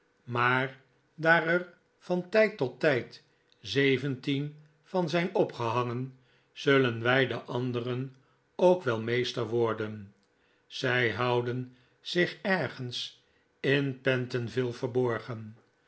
maar daar er van tijd tot tijd zeventien van zijn opgehangen zullen wij de anderen ook wel meester worden zij houden zich ergens in pentonville verborgen